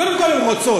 קודם כול, הן רוצות.